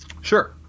sure